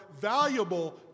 valuable